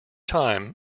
time